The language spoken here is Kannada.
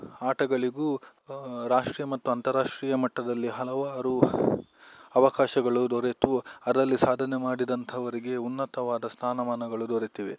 ಆಟಗಳಿಗೂ ರಾಷ್ಟ್ರೀಯ ಮತ್ತು ಅಂತರಾಷ್ಟ್ರೀಯ ಮಟ್ಟದಲ್ಲಿ ಹಲವಾರು ಅವಕಾಶಗಳು ದೊರೆತು ಅದರಲ್ಲಿ ಸಾಧನೆ ಮಾಡಿದಂತಹವರಿಗೆ ಉನ್ನತವಾದ ಸ್ಥಾನಮಾನಗಳು ದೊರೆತಿವೆ